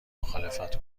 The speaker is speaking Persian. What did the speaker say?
مخالفت